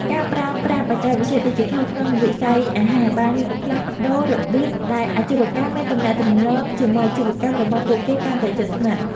ការប្រើប្រាស់បច្ចេកវិទ្យាឌីជីថលក្នុងវិស័យអាហារបានផ្លាស់ប្តូររបៀបដែលអាជីវកម្មមានទំនាក់ទំនងជាមួយអតិថិជនរបស់ពួកគេកាន់តែជិតស្និទ្ធ។